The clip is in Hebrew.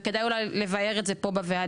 וכדאי אולי לבאר את זה פה בוועדה.